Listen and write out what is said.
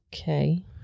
Okay